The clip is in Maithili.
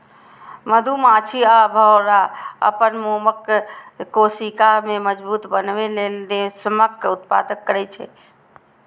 मधुमाछी आ भौंरा अपन मोमक कोशिका कें मजबूत बनबै लेल रेशमक उत्पादन करै छै